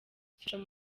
social